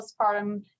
postpartum